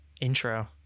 intro